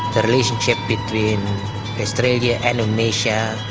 the relationship between australia and indonesia,